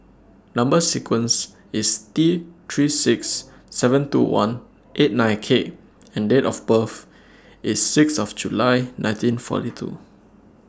Number sequence IS T three six seven two one eight nine K and Date of birth IS six of July nineteen forty two